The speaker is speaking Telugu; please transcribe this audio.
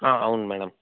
అవును మ్యాడమ్